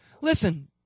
Listen